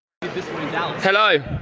Hello